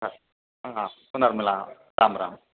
अस् हा हा पुनर्मिलामः राम राम